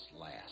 last